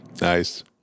Nice